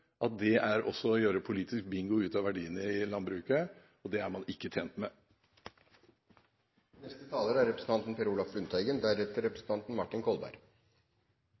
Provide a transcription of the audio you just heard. at det er også å gjøre politisk bingo ut av verdiene i landbruket. Det er man ikke tjent med. Jeg får ikke kommet inn på alle poengene i dette innlegget, så jeg får heller komme tilbake. Først til representanten